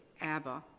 Abba